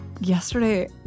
yesterday